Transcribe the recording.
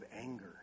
anger